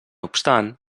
obstant